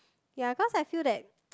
ya cause I feel that